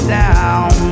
down